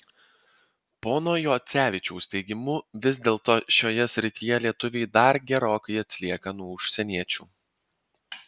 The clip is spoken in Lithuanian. pono juocevičiaus teigimu vis dėlto šioje srityje lietuviai dar gerokai atsilieka nuo užsieniečių